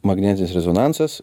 magnetinis rezonansas